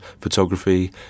photography